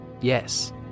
yes